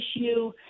issue